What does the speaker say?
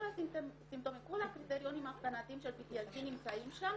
כל הסימפטומים כל הקריטריונים האבחנתיים של PTSD נמצאים שם,